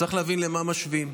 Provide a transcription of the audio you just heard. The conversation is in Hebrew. צריך להבין למה משווים.